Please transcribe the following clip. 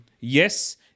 Yes